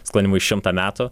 sklandymui šimtą metų